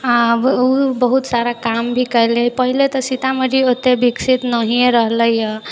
आब बहुत सारा काम भी कयले पहिले तऽ सीतामढ़ी ओते विकसित नहिए रहले हऽ